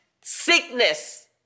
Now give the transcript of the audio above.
sickness